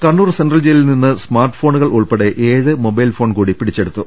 Kannur central ജയിലിൽ നിന്ന് smart ഫോണുകൾ ഉൾപ്പെടെ ഏഴ് മൊബൈൽ ഫോൺ കൂടി പിടിച്ചെടുത്തു